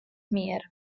მიერ